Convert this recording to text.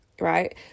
right